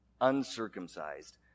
uncircumcised